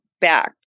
back